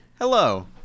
Hello